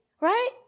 Right